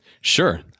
Sure